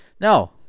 No